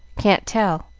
can't tell.